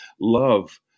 love